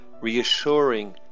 reassuring